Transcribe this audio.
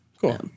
cool